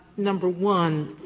number one,